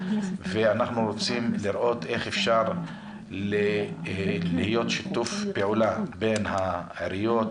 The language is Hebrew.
אנחנו רוצים לראות איך אפשר לשתף פעולה בין העיריות,